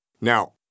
Now